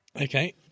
Okay